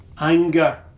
anger